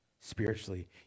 spiritually